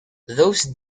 those